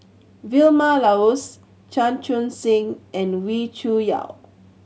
Vilma Laus Chan Chun Sing and Wee Cho Yaw